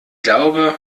glaube